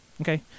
okay